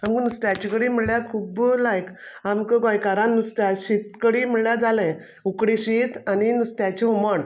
आमकां नुस्त्याची कडी म्हळ्ळ्या खुब्ब लायक आमक गोंयकारां नुस्त्या शीत कडी म्हळ्ळ्या जालें उकडें शीत आनी नुस्त्याचें हुमण